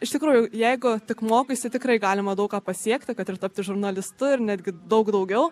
iš tikrųjų jeigu tik mokaisi tikrai galima daug ką pasiekti kad ir tapti žurnalistu ir netgi daug daugiau